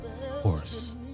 horse